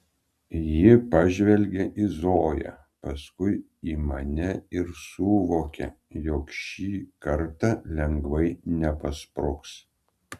ji pažvelgia į zoją paskui į mane ir suvokia jog šį kartą lengvai nepaspruks